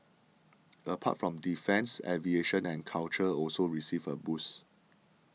apart from defence aviation and culture also received a boost